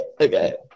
Okay